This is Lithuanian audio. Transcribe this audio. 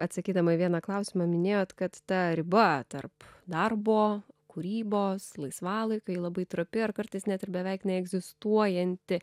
atsakydama į vieną klausimą minėjot kad ta riba tarp darbo kūrybos laisvalaikio ji labai trapi ar kartais net ir beveik neegzistuojanti